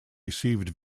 received